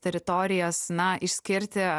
teritorijas na išskirti